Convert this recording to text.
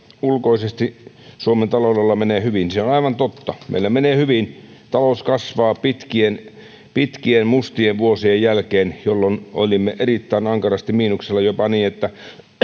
ulkoisesti suomen taloudella menee hyvin se on aivan totta meillä menee hyvin talous kasvaa pitkien pitkien mustien vuosien jälkeen jolloin olimme erittäin ankarasti miinuksella jopa niin että